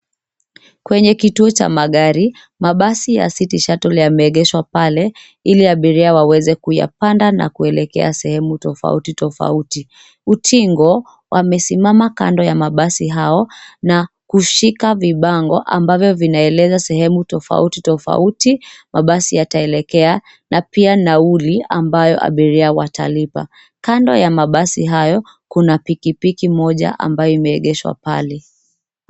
Kwenye kituo cha magari, mabasi ya City Shuttle yameegeshwa pale ili abiria waweze kuyapanda na kuelekea sehemu tofauti, tofauti. Utingo, amesimama kando ya mabasi hayo na kushika vibango ambavyo vinaeleza sehemu tofauti, tofauti, mabasi yataelekea na pia nauli ambayo abiria watalipa. Kando ya mabasi hayo kuna pikipiki moja ambayo imeegeshwa pale.